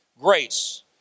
Grace